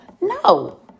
no